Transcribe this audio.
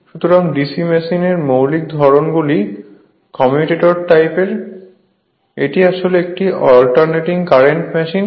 সুতরাং DC মেশিনের মৌলিক ধরন গুলি কমিউটেটর টাইপের এটি আসলে একটি অল্টারনেটিং কারেন্ট মেশিন